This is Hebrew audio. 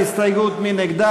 ההסתייגות של קבוצת סיעת מרצ,